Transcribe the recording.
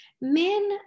men